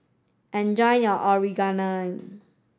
enjoy your Onigiri